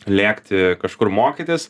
lėkti kažkur mokytis